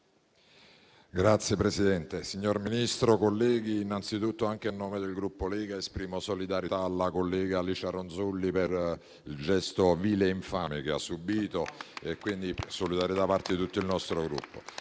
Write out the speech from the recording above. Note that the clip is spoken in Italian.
Signor Presidente, signor Ministro, colleghi, innanzitutto, anche a nome del Gruppo Lega, esprimo solidarietà alla collega Licia Ronzulli per il gesto vile ed infame che ha subito. Ribadisco quindi la solidarietà da parte di tutto il nostro Gruppo.